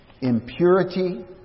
impurity